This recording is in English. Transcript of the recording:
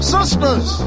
Sisters